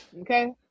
okay